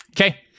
okay